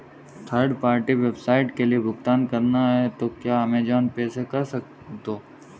third party website के लिए भुगतान करना है तो क्या अमेज़न पे से कर दो